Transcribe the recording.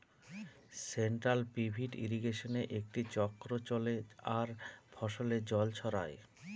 central pivot ইর্রিগেশনে একটি চক্র চলে আর ফসলে জল ছড়ায়